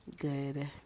good